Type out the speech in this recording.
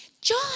John